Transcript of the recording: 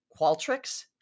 Qualtrics